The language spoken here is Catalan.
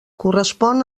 correspon